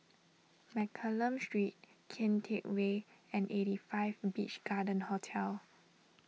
Mccallum Street Kian Teck Way and eighty five Beach Garden Hotel